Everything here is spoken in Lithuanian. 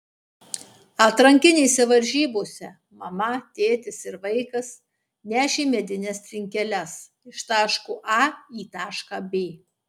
atrankinėse varžybose mama tėtis ir vaikas nešė medines trinkeles iš taško a į tašką b